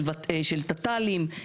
של תת"לים,